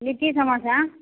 litti samosa